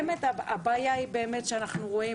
הבעיה היא באמת שאנחנו רואים